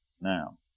Now